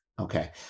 Okay